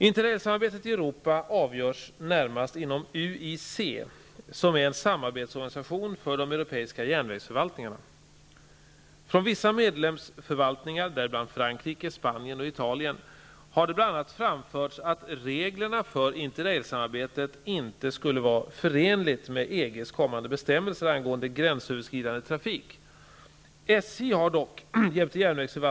Interrailsamarbetet i Europa avgörs närmast inom Frankrike, Spanien och Italien, har det bl.a. framförts att reglerna för interrailsamarbetet inte skulle vara förenliga med EG:s kommande bestämmelser angående gränsöverskridande trafik.